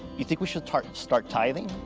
you think we should start start tithing?